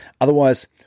Otherwise